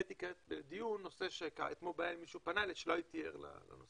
העליתי כעת לדיון שהועלתה בפני אתמול ולא הייתי ער לה.